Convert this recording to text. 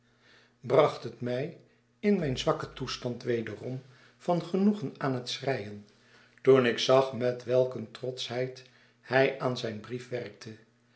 bracht het mij in mijn zwakken toestand wederom van genoegen aan het schreien toen ik zag met welk eene trotschheid hij aan zijn brief werkte